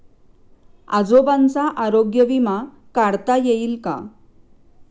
आजोबांचा आरोग्य विमा काढता येईल का?